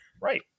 Right